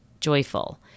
joyful